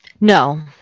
No